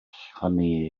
hynny